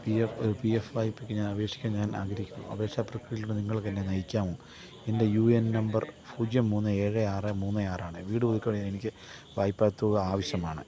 P F ഒരു P F വായ്പയ്ക്ക് ഞാൻ അപേക്ഷിക്കാൻ ഞാൻ ആഗ്രഹിക്കുന്നു അപേക്ഷാ പ്രക്രിയയിലൂടെ നിങ്ങൾക്കെന്നെ നയിക്കാമോ എൻ്റെ യു എ എൻ നമ്പർ പൂജ്യം മൂന്ന് ഏഴ് ആറ് മൂന്ന് ആറാണ് വീട് പുതുക്കണമെങ്കിൽ എനിക്ക് വായ്പാതുക ആവശ്യമാണ്